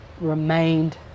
remained